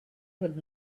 heard